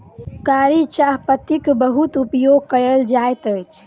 कारी चाह पत्तीक बहुत उपयोग कयल जाइत अछि